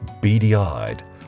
beady-eyed